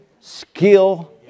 skill